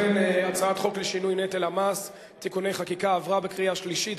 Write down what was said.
הצעת חוק לשינוי נטל המס (תיקוני חקיקה) עברה בקריאה שלישית,